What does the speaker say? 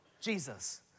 Jesus